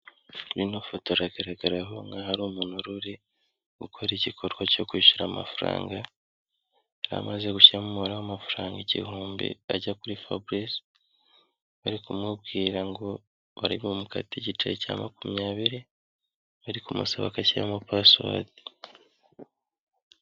Ino foto iragaragaraho nkaho ari umuntu wari gukora igikorwa cyo kwishyura amafaranga, yari amaze gushyiramo umubare w'amafaranga igihumbi ajya kuri Fabrice, bari kumubwira ngo baribumukate igiceri cya makumyabiri, bari kumusaba ko ashyiramo pasuwadi.